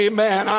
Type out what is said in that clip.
Amen